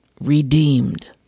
redeemed